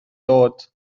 dod